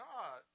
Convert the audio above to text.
God